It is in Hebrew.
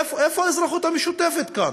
איפה האזרחות המשותפת כאן?